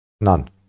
None